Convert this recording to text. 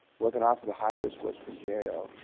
working off the high risk list from gao,